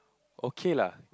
okay lah